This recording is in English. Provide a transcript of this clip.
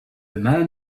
man